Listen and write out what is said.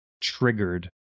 triggered